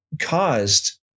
caused